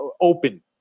open